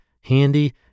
handy